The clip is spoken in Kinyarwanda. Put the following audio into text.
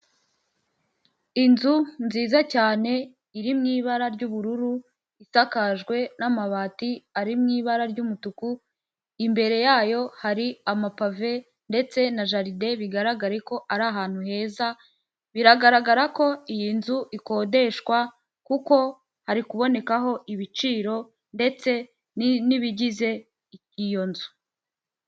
Inzu nziza cyane iri mu ibara ry'ubururu, isakajwe n'amabati ari mu ibara ry'umutuku, imbere yayo hari amapave ndetse na jaride bigaragare ko ari ahantu heza, biragaragara ko iyi nzu ikodeshwa kuko hari kubonekaho ibiciro ndetse n'ibigize iyo nzu.